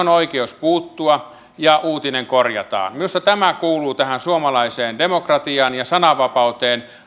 on oikeus puuttua ja uutinen korjataan minusta tämä kuuluu tähän suomalaiseen demokratiaan ja sananvapauteen